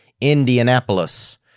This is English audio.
Indianapolis